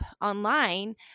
online